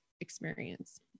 experience